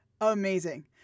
amazing